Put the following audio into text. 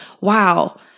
wow